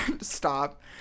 stop